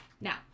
Now